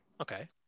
Okay